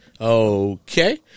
Okay